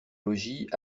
logis